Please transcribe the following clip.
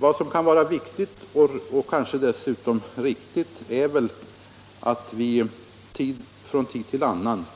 Vad som kan vara viktigt och som kanske dessutom är riktigt är att vi från tid till annan